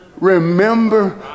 Remember